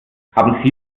haben